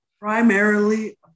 primarily